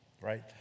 right